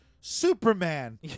Superman